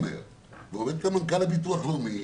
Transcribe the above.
דיבר גם מנכ"ל הביטוח הלאומי,